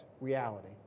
reality